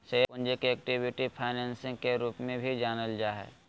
share पूंजी के equity financing के रूप में भी जानल जा हइ